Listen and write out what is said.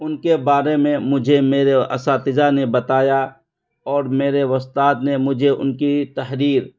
ان کے بارے میں مجھے میرے اساتذہ نے بتایا اور میرے استاد نے مجھے ان کی تحریر